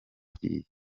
agiye